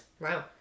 Wow